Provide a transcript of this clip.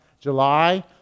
July